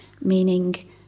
meaning